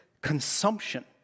consumption